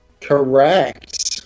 Correct